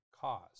cause